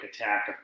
attack